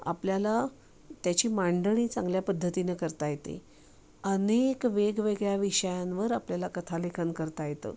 आपल्याला त्याची मांडणी चांगल्या पद्धतीने करता येते अनेक वेगवेगळ्या विषयांवर आपल्याला कथा लेखन करता येतं